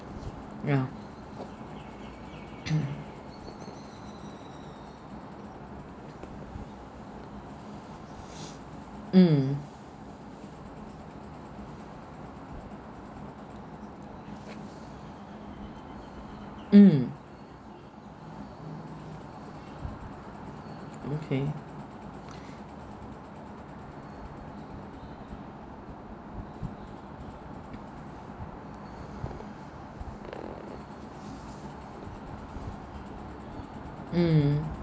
ya mm mm okay mm